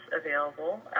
available